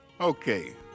Okay